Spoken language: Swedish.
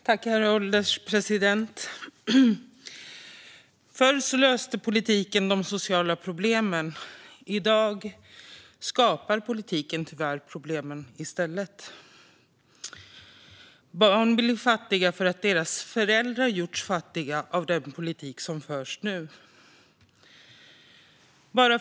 Herr ålderspresident! Förr löste politiken de sociala problemen. I dag skapar politiken tyvärr problemen i stället. Barn blir fattiga därför att deras föräldrar gjorts fattiga av den politik som förs nu.